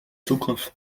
zukunft